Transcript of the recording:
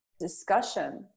discussion